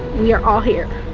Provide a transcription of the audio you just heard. we are all here.